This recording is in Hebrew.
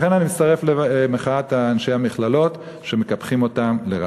לכן אני מצטרף למחאת אנשי המכללות שמקפחים אותם לרעה.